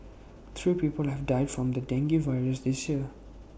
three people have died from the dengue virus this year